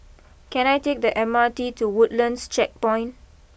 can I take the M R T to Woodlands Checkpoint